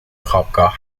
خوابگاه